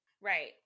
Right